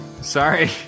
Sorry